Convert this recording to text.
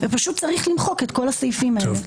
ופשוט צריך למחוק את כל הסעיפים האלה.